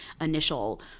initial